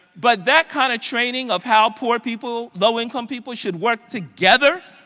but that kind of training of how poor people, low income people should work together,